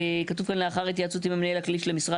כתוב כאן "לאחר התייעצות עם המנהל הכללי של המשרד